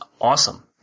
awesome